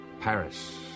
Paris